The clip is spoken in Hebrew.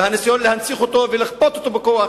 והניסיון להנציח אותו ולכפות אותו בכוח